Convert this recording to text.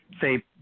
say